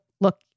look